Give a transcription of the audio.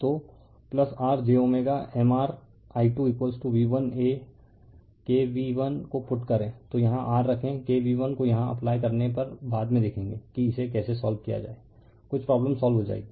तो r j Mr i 2v1a k v l को put करे तो यहां r रखें k v l को यहां अप्लाई करने पर बाद में देखेंगे कि इसे कैसे सोल्व किया जाए कुछ प्रॉब्लम सोल्व हो जाएगी